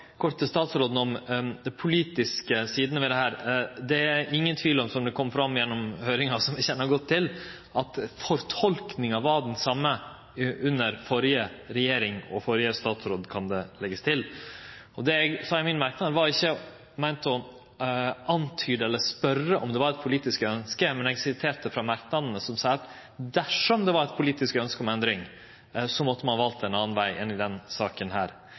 kort til statsråden – om dei politiske sidene ved dette. Det er ingen tvil om, som det kom fram gjennom høyringa, som vi kjenner godt til, at fortolkinga var den same under førre regjering – og under førre statsråd, kan det leggjast til. Det eg sa i merknaden min, var ikkje meint å antyde eller spørje om det var eit politisk ønske, men eg siterte frå merknadene, som seier at dersom det var eit politisk ønske om endring, måtte ein valt ein annan veg enn i denne saka.